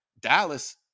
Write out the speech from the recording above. Dallas